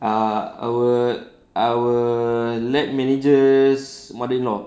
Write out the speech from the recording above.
ah our our late manager's mother-in-law